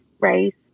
race